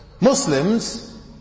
Muslims